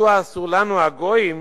מדוע אסור לנו הגויים